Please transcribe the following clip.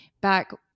back